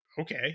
Okay